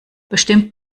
bestimmt